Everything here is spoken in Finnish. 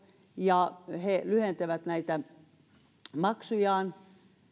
ja he lyhentävät näitä maksujaan